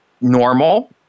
Normal